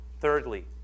Thirdly